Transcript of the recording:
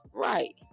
Right